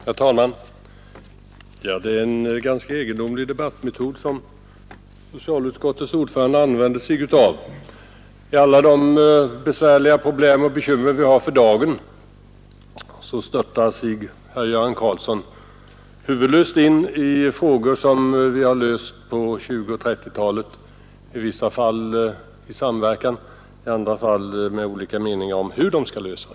Herr talman! Det är en ganska egendomlig debattmetod som socialutskottets ordförande använder sig av. Trots alla de besvärliga problem och bekymmer vi har för dagen störtar sig herr Göran Karlsson huvudstupa in i de frågor som vi har löst på 1920 och 1930-talen, i vissa fall i samverkan, i andra fall med olika meningar om hur de skulle lösas.